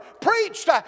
preached